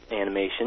animation